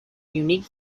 unique